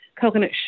Coconut